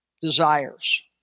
desires